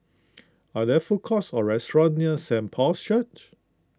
are there food courts or restaurants near Saint Paul's Church